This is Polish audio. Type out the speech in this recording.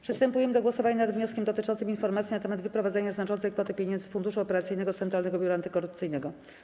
Przystępujemy do głosowania nad wnioskiem dotyczącym informacji na temat wyprowadzenia znaczącej kwoty pieniędzy z funduszu operacyjnego Centralnego Biura Antykorupcyjnego.